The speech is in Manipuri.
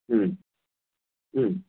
ꯎꯝ ꯎꯝ